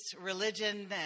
religion